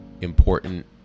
important